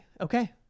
okay